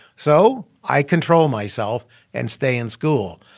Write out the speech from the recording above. so i control myself and stay in school.